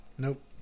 Nope